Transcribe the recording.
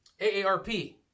AARP